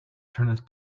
turneth